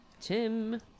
Tim